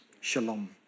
Shalom